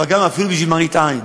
אבל אפילו למראית עין,